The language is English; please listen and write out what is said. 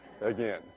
again